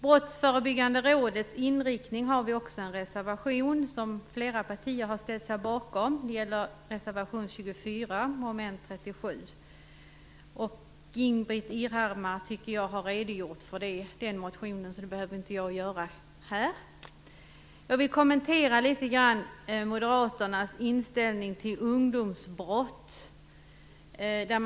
Vi har också en reservation som gäller Brottsförebyggande rådets inriktning. Flera partier ställt sig bakom denna. Det gäller reservation 24 mom. 37. Ingbritt Irhammar har redogjort för detta, så jag behöver inte göra det här. Jag vill litet grand kommentera Moderaternas inställning till ungdomsbrottslighet.